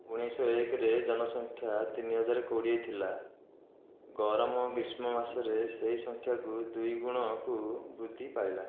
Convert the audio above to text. ଉଣେଇଶ ଏକରେ ଜନସଂଖ୍ୟା ତିନି ହଜାର କୋଡ଼ିଏ ଥିଲା ଗରମ ଗ୍ରୀଷ୍ମ ମାସରେ ସେହି ସଂଖ୍ୟାକୁ ଦୁଇଗୁଣକୁ ବୃଦ୍ଧି ପାଇଲା